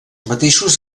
mateixos